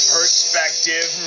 Perspective